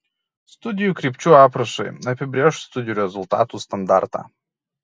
studijų krypčių aprašai apibrėš studijų rezultatų standartą